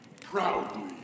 proudly